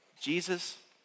Jesus